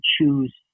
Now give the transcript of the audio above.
choose